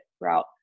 throughout